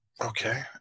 Okay